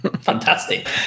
Fantastic